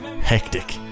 hectic